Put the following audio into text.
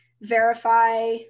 verify